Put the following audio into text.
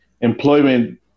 employment